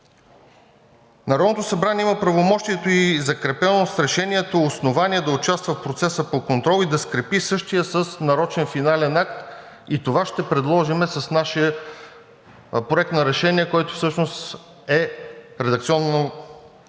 Народното събрание има правомощието и закрепено с Решението основание да участва в процеса по контрол, както да скрепи същия с нарочен финален акт и това ще предложим с нашия Проект на решение, който всъщност е редакционно